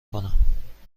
کنم